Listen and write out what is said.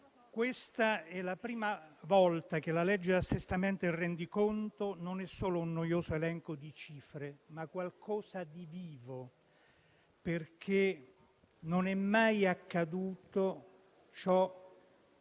questa è la prima volta che la legge di assestamento e il rendiconto non sono solo un noioso elenco di cifre, ma qualcosa di vivo, perché non è mai accaduto ciò